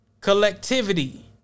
collectivity